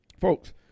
Folks